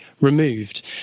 removed